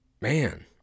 man